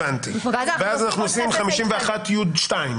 אז אנחנו עושים 51י(2).